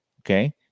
Okay